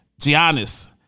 Giannis